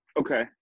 Okay